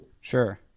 Sure